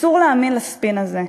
אסור להאמין לספין הזה.